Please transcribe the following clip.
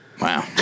Wow